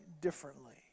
differently